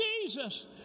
Jesus